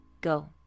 Go